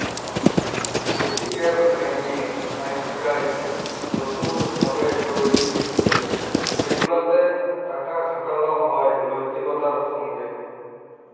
ethical banking আইজকাইল লতুল ভাবে তৈরি হছে সেগুলাতে টাকা খাটালো হয় লৈতিকতার সঙ্গে